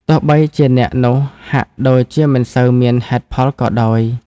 ទោះបីជាអ្នកនោះហាក់ដូចជាមិនសូវមានហេតុផលក៏ដោយ។